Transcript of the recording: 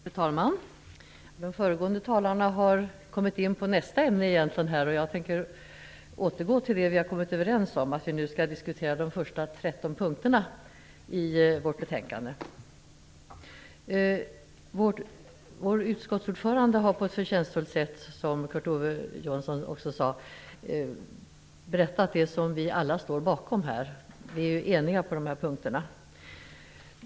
Fru talman! De föregående talarna har kommit in på nästa ämne, men jag tänker återgå till det som vi har kommit överens om, nämligen att vi nu skall diskutera de första 13 punkterna i betänkandet. Vår utskottsordförande har på ett förtjänstfullt sätt, som Kurt Ove Johansson också sade, berättat det som vi alla står bakom. Vi är ju eniga på dessa punkter.